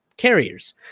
carriers